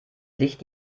licht